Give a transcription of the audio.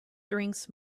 drinks